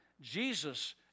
Jesus